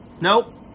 nope